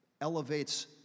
elevates